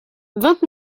vingt